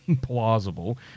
plausible